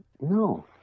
no